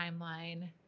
timeline